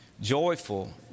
joyful